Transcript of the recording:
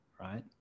Right